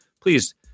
please